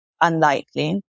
unlikely